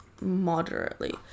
moderately